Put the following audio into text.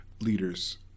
leaders